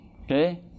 Okay